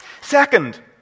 Second